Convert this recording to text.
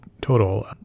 total